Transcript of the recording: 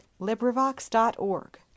LibriVox.org